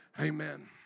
Amen